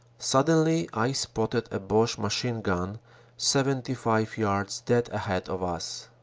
suddenly i spotted a bache machine-gun seventy five yards dead ahead of us.